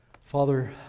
Father